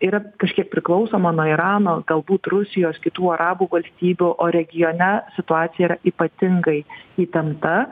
yra kažkiek priklausoma nuo irano galbūt rusijos kitų arabų valstybių o regione situacija yra ypatingai įtempta